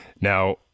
Now